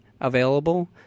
available